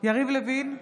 יריב לוין,